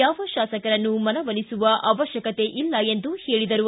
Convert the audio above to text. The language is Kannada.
ಯಾವ ಶಾಸಕರನ್ನು ಮನವೊಲಿಸುವ ಅವಶ್ಯಕತೆ ಇಲ್ಲ ಎಂದು ಹೇಳಿದರು